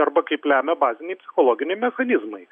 arba kaip lemia baziniai psichologiniai mechanizmai